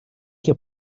your